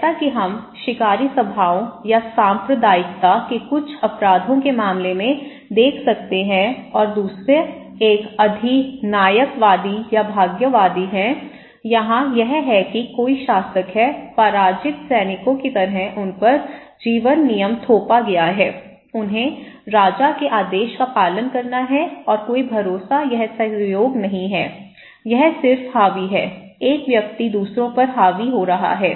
जैसा कि हम शिकारी सभाओं या सांप्रदायिकता के कुछ अपराधों के मामले में देख सकते हैं और दूसरा एक अधिनायकवादी या भाग्यवादी है यहाँ यह है कि कोई शासक है पराजित सैनिकों की तरह उन पर जीवन नियम थोपा गया है उन्हें राजा के आदेश का पालन करना है और कोई भरोसा या सहयोग नहीं है यह सिर्फ हावी है एक व्यक्ति दूसरों पर हावी हो रहा है